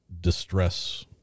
distress